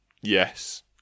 Yes